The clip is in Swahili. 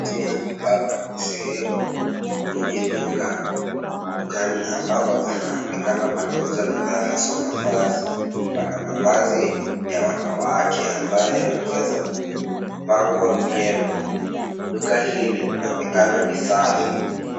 Sehemu hapa ni sehemu kwenye duka. Dukani ambapo panaonekana panauzwa bidhaa haswa mavazi. Pana mavazi ya wanawake ambayo yameweza kupangwa vyema. Duka hili linaonekana ni safi.